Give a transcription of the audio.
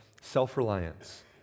self-reliance